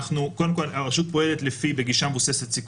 קודם כול, הרשות פועלת בגישה מבוססת סיכון.